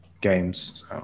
games